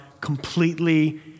completely